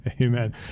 amen